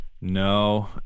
No